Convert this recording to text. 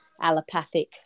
allopathic